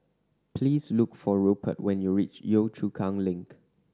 please look for Rupert when you reach Yio Chu Kang Link